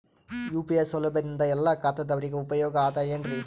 UPI ಸೌಲಭ್ಯದಿಂದ ಎಲ್ಲಾ ಖಾತಾದಾವರಿಗ ಉಪಯೋಗ ಅದ ಏನ್ರಿ?